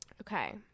Okay